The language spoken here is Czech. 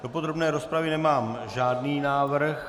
Do podrobné rozpravy nemám žádný návrh.